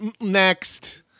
Next